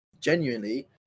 genuinely